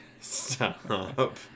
Stop